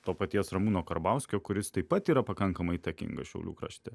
po paties ramūno karbauskio kuris taip pat yra pakankamai įtakingas šiaulių krašte